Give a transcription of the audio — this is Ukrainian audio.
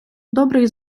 добрий